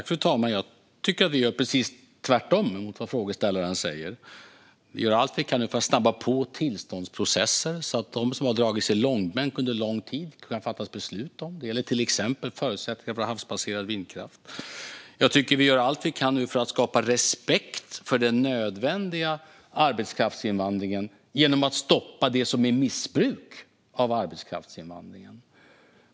Fru talman! Jag tycker att vi gör precis tvärtemot vad frågeställaren säger. Vi gör allt vi kan för att snabba på tillståndsprocesser så att det kan fattas beslut om dem som har dragits i långbänk. Det gäller till exempel förutsättningarna för havsbaserad vindkraft. Jag tycker också att vi gör allt vi kan för att skapa respekt för den nödvändiga arbetskraftsinvandringen genom att stoppa det som är missbruk av arbetskraftsinvandring.